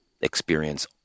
experience